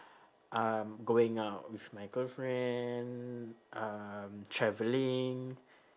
um going out with my girlfriend um travelling